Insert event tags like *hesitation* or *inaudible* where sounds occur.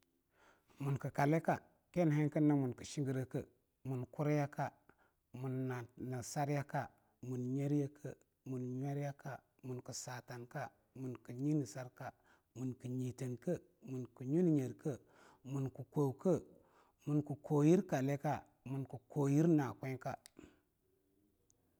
Muunkii kalika eing hani henkir bii nyina muun shingireke muun kuryaka muun *hesitation* muun saryaka muun nyer yeke muun nyuryaka muunkii satanka muunkii nyinesarka muunkii yiteen ke muunkii na nyo na nyer ke muunkii kwo ke muunkii kogir kalika muun kii koyir naa kweaka.